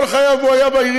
כל חייו הוא היה בעירייה,